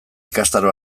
ikastaro